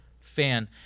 Fan